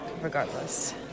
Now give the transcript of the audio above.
regardless